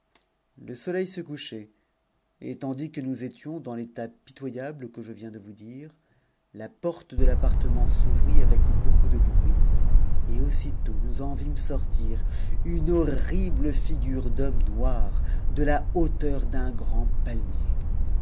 le soleil se couchait et tandis que nous étions dans l'état pitoyahtf que je viens de vous dire la porte de l'appartement s'ouvrit avec beau coup de bruit et aussitôt nous en vîmes sortir une horrible figure d'homme noir de la hauteur d'un gpand palmier